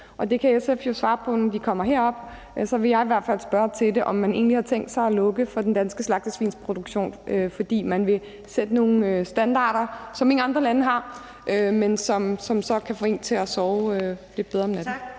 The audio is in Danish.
det kan SF jo svare på, når de kommer herop. Så vil jeg i hvert fald spørge til, om man egentlig har tænkt sig at lukke for den danske slagtesvinsproduktion, fordi man vil sætte nogle standarder, som ingen andre lande har, men som så kan få en til at sove lidt bedre om natten.